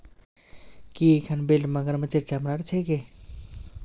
की इखन बेल्ट मगरमच्छेर चमरार छिके